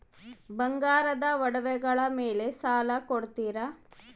ಬಂಗಾರದ ಒಡವೆಗಳ ಮೇಲೆ ಸಾಲ ಕೊಡುತ್ತೇರಾ?